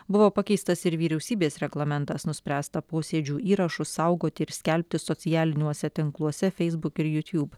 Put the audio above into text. buvo pakeistas ir vyriausybės reglamentas nuspręsta posėdžių įrašus saugoti ir skelbti socialiniuose tinkluose feisbuk ir jutiub